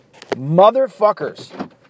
motherfuckers